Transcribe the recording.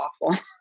awful